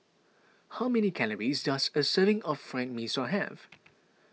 how many calories does a serving of Fried Mee Sua have